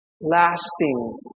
lasting